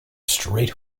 straight